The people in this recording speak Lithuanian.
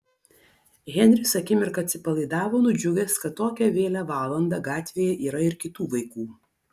henris akimirką atsipalaidavo nudžiugęs kad tokią vėlią valandą gatvėje yra ir kitų vaikų